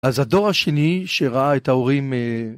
אז הדור השני, שראה את ההורים...